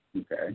Okay